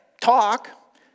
talk